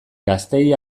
gazteei